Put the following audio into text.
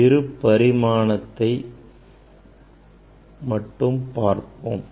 நாம் இரு பரிமாணத்தை மட்டும் பார்ப்போம்